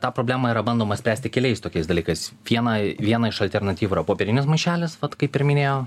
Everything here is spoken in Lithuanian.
tą problemą yra bandoma spręsti keliais tokiais dalykais viena viena iš alternatyvų yra popierinis maišelis vat kaip ir minėjo